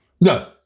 no